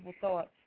thoughts